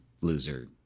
loser